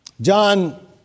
John